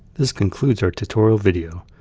this concludes our tutorial video.